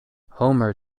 homer